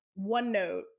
OneNote